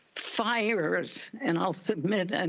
fires and i'll submit and